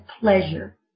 pleasure